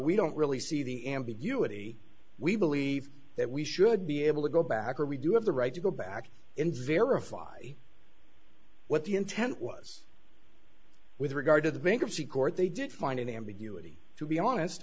we don't really see the ambiguity we believe that we should be able to go back or we do have the right to go back in verify what the intent was with regard to the bankruptcy court they did find an ambiguity to be honest